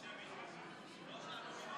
אנחנו ממשיכים בסדר-היום.